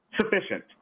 sufficient